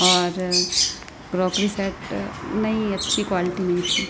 और crockery set नहीं अच्छी क्वालिटी नहीं थी